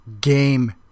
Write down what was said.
game